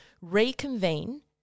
reconvene